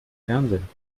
fernsehen